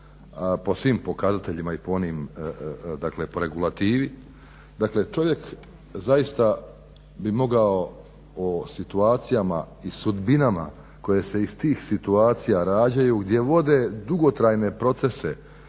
po svim pokazateljima i po regulativi. Dakle čovjek zaista bi mogao o situacijama i sudbinama koje se iz tih situacija rađaju gdje vode dugotrajne procese